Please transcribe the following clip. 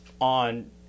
on